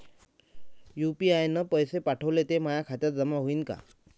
UPI न पैसे पाठवले, ते माया खात्यात जमा होईन का?